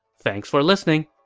thanks for listening!